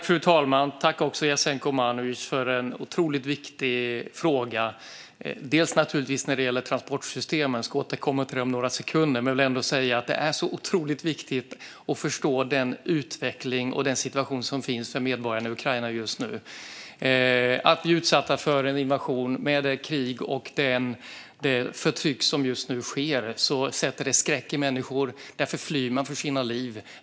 Fru talman! Jag tackar Jasenko Omanovic för en otroligt viktig fråga. Naturligtvis har vi frågan om transportsystemen, och jag återkommer till dem om några sekunder. Men jag vill säga att det är så otroligt viktigt att förstå utvecklingen och situationen för medborgarna i Ukraina just nu. De blir utsatta för invasion, krig och förtryck. Det sätter skräck i människor, och de flyr för sina liv.